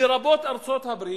לרבות ארצות-הברית,